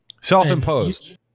Self-imposed